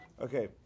Okay